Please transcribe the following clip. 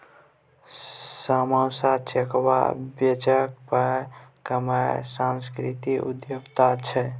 सामा चकेबा बेचिकेँ पाय कमायब सांस्कृतिक उद्यमिता छै